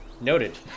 Noted